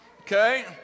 okay